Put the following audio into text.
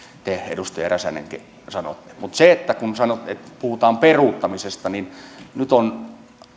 te edustaja räsänen sanoitte mutta kun puhutaan peruuttamisesta niin nyt on